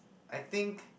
I think